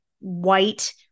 white